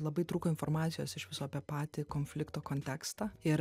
labai trūko informacijos iš viso apie patį konflikto kontekstą ir